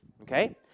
okay